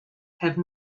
have